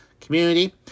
community